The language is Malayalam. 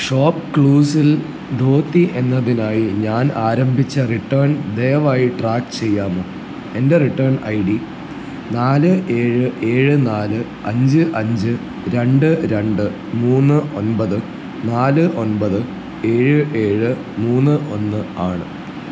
ഷോപ്പ്ക്ലൂസിൽ ധോതി എന്നതിനായി ഞാൻ ആരംഭിച്ച റിട്ടേൺ ദയവായി ട്രാക്ക് ചെയ്യാമോ എൻ്റെ റിട്ടേൺ ഐ ഡി നാല് ഏഴ് ഏഴ് നാല് അഞ്ച് അഞ്ച് രണ്ട് രണ്ട് മൂന്ന് ഒൻപത് നാല് ഒൻപത് ഏഴ് ഏഴ് മൂന്ന് ഒന്ന് ആണ്